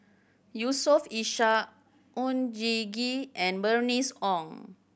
Yusof Ishak Oon Jin Gee and Bernice Ong